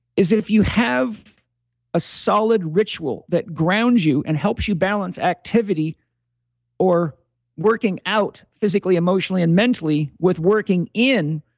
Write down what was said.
is if you have a solid ritual that grounds you and helps you balance activity or working out physically, emotionally, and mentally with working in,